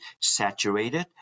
saturated